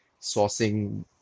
sourcing